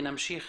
נמשיך